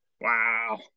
Wow